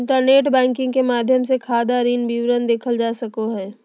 internet banking के माध्यम से खाता ऋण विवरण देखल जा सको हइ